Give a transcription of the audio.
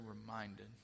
reminded